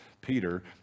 Peter